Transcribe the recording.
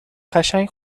قشنگ